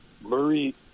Murray